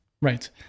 Right